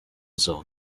zone